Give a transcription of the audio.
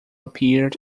appeared